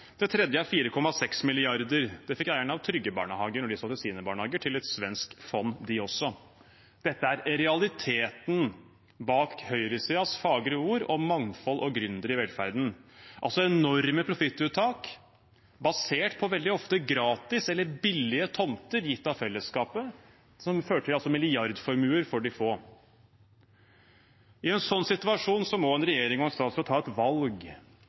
Det tredje er 4,6 mrd. kr. Det fikk eierne av Trygge Barnehager da de solgte sine barnehager, også til et svensk fond. Dette er realiteten bak høyresidens fagre ord om mangfold og gründere i velferden. Det er altså enorme profittuttak som veldig ofte er basert på gratis eller billige tomter, gitt av fellesskapet, som fører til milliardformuer for de få. I en sånn situasjon må en regjering og en statsråd ta et valg.